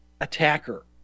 attacker